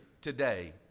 today